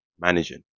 managing